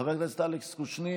חבר הכנסת אלכס קושניר,